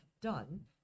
done